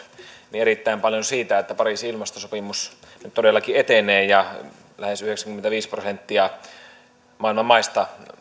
niin erittäin paljon siitä että pariisin ilmastosopimus nyt todellakin etenee ja lähes yhdeksänkymmentäviisi prosenttia maailman maista